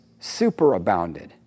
superabounded